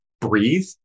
breathe